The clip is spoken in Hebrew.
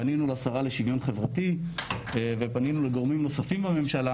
פנינו לשרה לשוויון חברתי ופנינו לגורמים נוספים בממשלה,